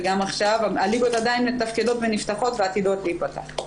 וגם עכשיו הליגות עדיין מתפקדות ונפתחות ועתידות להיפתח.